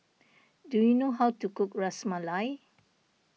do you know how to cook Ras Malai